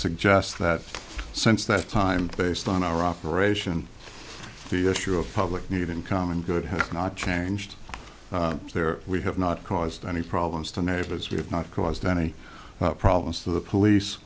suggest that since that time based on our operation the issue of public need in common good has not changed there we have not caused any problems to neighbors we have not caused any problems to the